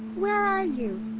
where are you?